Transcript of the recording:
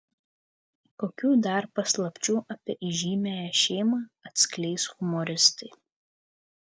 kokių dar paslapčių apie įžymiąją šeimą atskleis humoristai